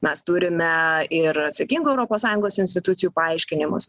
mes turime ir atsakingų europos sąjungos institucijų paaiškinimus